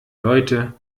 leute